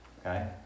okay